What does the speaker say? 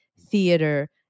theater